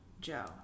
Joe